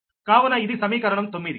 కావున ఇది సమీకరణం 9